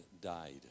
died